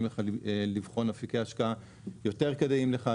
לך לבחון אפיקי השקעה יותר כדאיים לך.